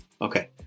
okay